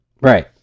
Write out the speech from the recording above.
Right